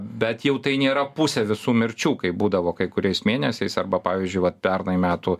bet jau tai nėra pusė visų mirčių kaip būdavo kai kuriais mėnesiais arba pavyzdžiui vat pernai metų